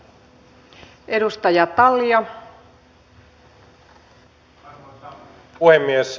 arvoisa puhemies